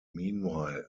meanwhile